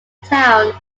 town